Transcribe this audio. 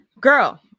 girl